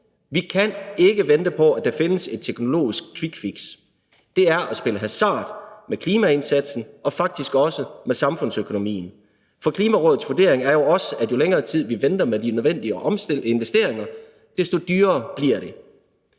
Vi kan ikke vente på, at der findes et teknologisk quick fix. Det er at spille hasard med klimaindsatsen og faktisk også med samfundsøkonomien. For Klimarådets vurdering er jo også, at jo længere tid vi venter med de nødvendige investeringer, desto dyrere bliver det.